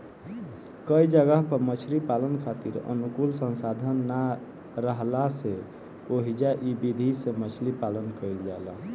कई जगह पर मछरी पालन खातिर अनुकूल संसाधन ना राहला से ओइजा इ विधि से मछरी पालन कईल जाला